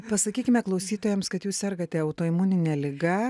pasakykime klausytojams kad jūs sergate autoimunine liga